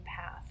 path